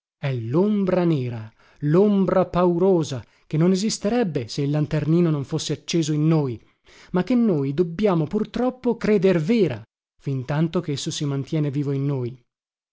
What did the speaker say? è lombra nera lombra paurosa che non esisterebbe se il lanternino non fosse acceso in noi ma che noi dobbiamo pur troppo creder vera fintanto chesso si mantiene vivo in noi